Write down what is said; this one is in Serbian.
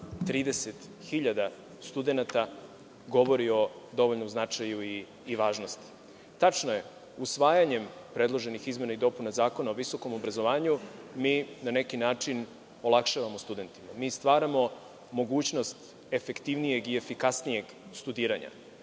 30.000 studenata, govori o dovoljnom značaju i važnosti. Tačno je, usvajanjem predloženih izmena i dopuna Zakona o visokom obrazovanju mina neki način olakšavamo studentima. Mi stvaramo mogućnost efektivnijeg i efikasnijeg studiranja.